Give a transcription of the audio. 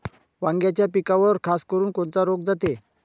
वांग्याच्या पिकावर खासकरुन कोनचा रोग जाते?